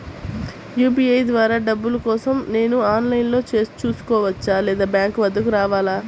UPI ద్వారా డబ్బులు కోసం నేను ఆన్లైన్లో చేసుకోవచ్చా? లేదా బ్యాంక్ వద్దకు రావాలా?